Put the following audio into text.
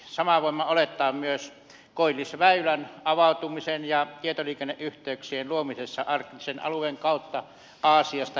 samaa voimme olettaa myös koillisväylän avautumisessa ja tietoliikenneyhteyksien luomisessa arktisen alueen kautta aasiasta euroopan välillä